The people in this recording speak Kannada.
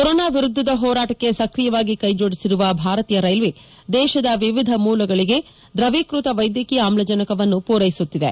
ಕೊರೋನಾ ವಿರುದ್ದದ ಹೋರಾಟಕ್ಕೆ ಸಕ್ರಿಯವಾಗಿ ಕೈಜೋಡಿಸಿರುವ ಭಾರತೀಯ ರೈಲ್ವೆ ದೇಶದ ವಿವಿಧ ಮೂಲಗಳಿಗೆ ದ್ರವೀಕೃತ ವೈದ್ಯಕೀಯ ಆಮ್ಲಜನಕವನ್ನು ಪೂರೈಸುತ್ತಿದೆ